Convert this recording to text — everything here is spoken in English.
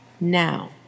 now